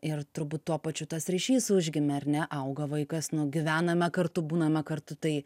ir turbūt tuo pačiu tas ryšys užgimė ar ne auga vaikas nugyvename kartu būname kartu tai